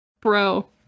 Bro